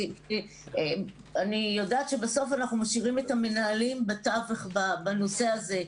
אני יודעת שבסוף אנחנו משאירים את המנהלים בתווך הנושא הזה,